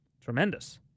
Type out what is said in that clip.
Tremendous